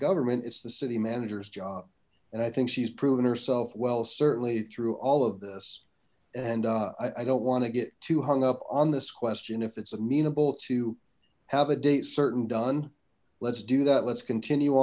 government it's the city manager's job and i think she's proven herself well certainly through all of this and i don't want to get too hung up on this question if it's a mean able to have a date certain done let's do that let's continue